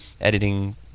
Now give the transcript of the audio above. editing